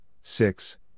six